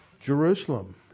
Jerusalem